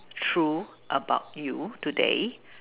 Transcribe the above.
true about you today